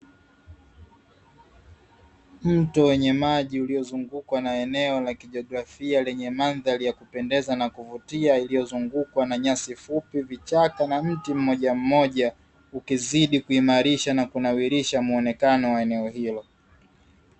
Mto wenye maji uliozungukwa na eneo la kijiografia lenye mandhari ya kupendeza na kuvutia iliyozungukwa na nyasi fupi, vichaka na mti mmoja mmoja ukizidi kuimarisha na kunawilisha muonekeno wa eneo hilo.